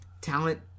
talent